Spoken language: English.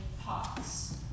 pots